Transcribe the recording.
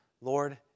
Lord